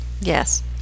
yes